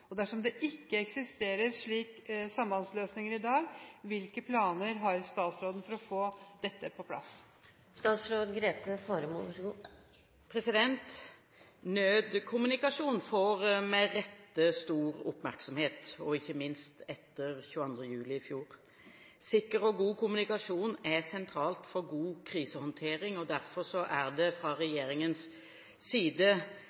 og dersom det ikke eksisterer slike sambandsløsninger i dag, hvilke planer har statsråden for å få dette på plass?» Nødkommunikasjon får med rette stor oppmerksomhet, og ikke minst etter 22. juli i fjor. Sikker og god kommunikasjon er sentralt for god krisehåndtering, og derfor er det fra regjeringens side